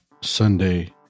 Sunday